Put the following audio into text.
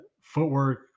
footwork